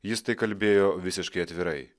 jis tai kalbėjo visiškai atvirai